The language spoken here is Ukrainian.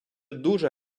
дуже